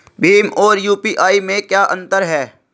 भीम और यू.पी.आई में क्या अंतर है?